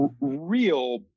Real